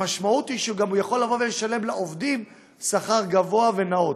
המשמעות היא שהוא גם יכול לשלם לעובדים שכר גבוה ונאות.